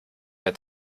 mehr